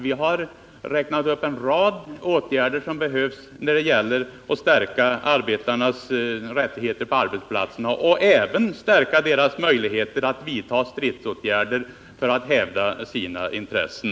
Vi har räknat upp en rad åtgärder som behöver vidtagas för att stärka arbetarnas rättigheter på arbetsplatsen och även stärka deras möjligheter att vidta stridsåtgärder för att hävda sina intressen.